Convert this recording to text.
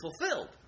fulfilled